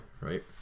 right